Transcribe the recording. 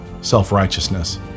self-righteousness